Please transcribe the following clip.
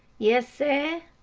yes, seh,